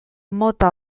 mota